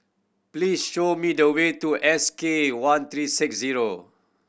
please show me the way to S K one three six zero